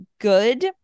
good